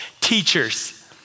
teachers